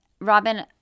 Robin